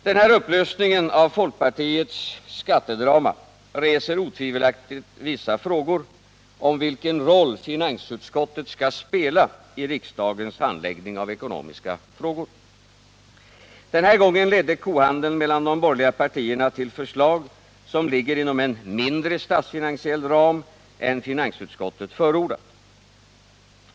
Den här upplösningen av folkpartiets skattedrama reser otvivelaktigt vissa frågor om vilken roll finansutskottet skall spela i riksdagens handläggning av ekonomiska frågor. Den här gången ledde kohandeln mellan de borgerliga partierna till förslag som ligger inom en mindre statsfinansiell ram än finansutskottet förordat.